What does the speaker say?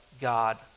God